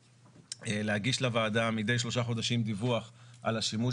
להגיש לוועדה מדי שלושה חודשים דיווח על השימוש